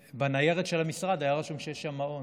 בניירת של המשרד היה רשום שיש שם מעון.